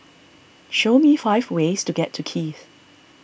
show me five ways to get to Kiev